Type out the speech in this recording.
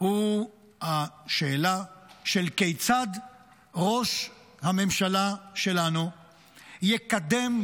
הוא השאלה כיצד ראש הממשלה שלנו יקדם,